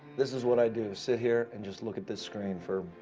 this is what i do. sit here and just look at this screen for,